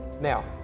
now